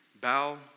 bow